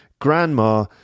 grandma